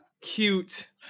Cute